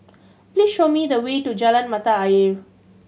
please show me the way to Jalan Mata Ayer